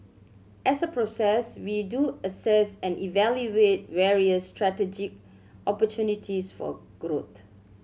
as a process we do assess and evaluate various strategic opportunities for growth